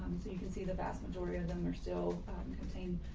so you can see the vast majority of them are still contained,